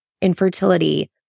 infertility